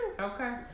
Okay